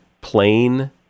plain